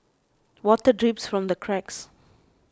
water drips from the cracks